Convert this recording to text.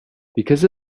because